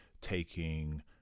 taking